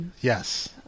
Yes